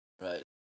Right